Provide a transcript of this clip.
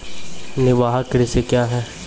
निवाहक कृषि क्या हैं?